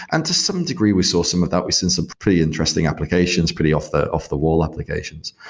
and to some degree, we saw some of that. we saw some pretty interesting applications, pretty off-the-wall off-the-wall applications.